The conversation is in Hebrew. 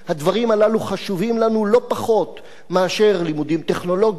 הדברים הללו חשובים לנו לא פחות מאשר לימודים טכנולוגיים,